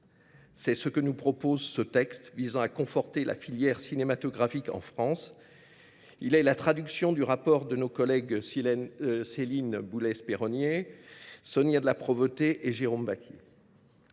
C’est ce que nous propose ce texte visant à conforter la filière cinématographique en France. Il est la traduction du rapport de nos collègues Céline Boulay Espéronnier, Sonia de La Provôté et Jérémy Bacchi.